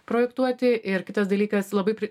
projektuoti ir kitas dalykas labai pri